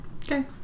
Okay